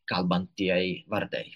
kalbantieji vardai